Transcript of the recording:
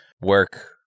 work